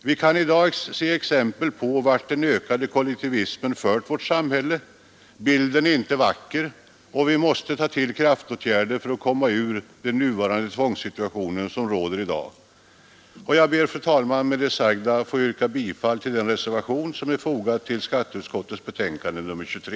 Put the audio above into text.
Vi kan i dag se exempel på vart den ökande kollektivismen fört vårt samhälle — bilden är inte vacker och vi måste ta till kraftåtgärder för att komma ur den tvångssituation som råder i dag. Jag ber, fru talman, att med det sagda få yrka bifall till den reservation som är fogad vid skatteutskottets betänkande nr 23.